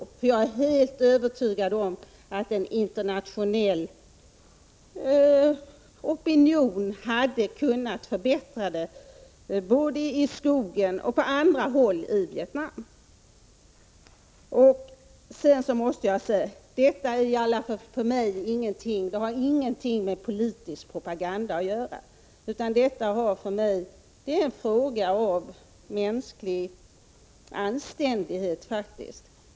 Jag är nämligen helt övertygad om att eninternationell opinion hade kunnat förbättra arbetsförhållandena i skogen och även på andra områden i Vietnam. Jag vill understryka att mitt intresse av att arbetsförhållandena förbättras inte har någonting med politisk propaganda att göra, utan det är för mig faktiskt en fråga om mänsklig anständighet.